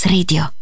Radio